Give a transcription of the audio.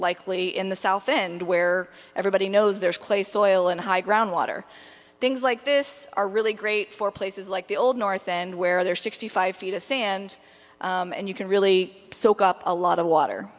likely in the south end where everybody knows there's clay soil and high ground water things like this are really great for places like the old north and where there are sixty five feet of sand and you can really soak up a lot of water